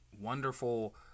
wonderful